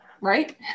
right